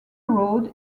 road